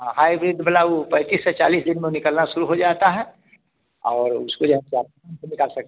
हाँ हाईब्रिड वाला वह पैंतीस से चालीस दिन में वह निकलना शुरू हो जाता है और उसको जो है सो आप कि निकाल सकते